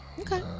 okay